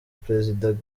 président